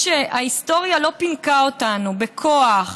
"ההיסטוריה לא פינקה אותנו בכוח,